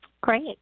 Great